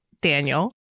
Daniel